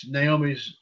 Naomi's